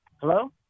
Hello